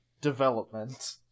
development